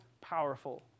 powerful